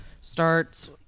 starts